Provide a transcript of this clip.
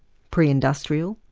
pre-industrial,